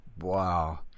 Wow